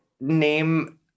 name